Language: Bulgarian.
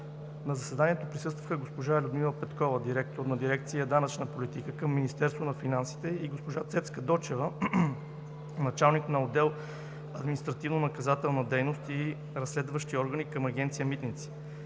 На заседанието присъстваха госпожа Людмила Петкова – директор на дирекция „Данъчна политика“ към Министерството на финансите, и госпожа Цецка Дочева – началник на отдел „Административнонаказателна дейност и разследващи органи“ към Агенция „Митници“.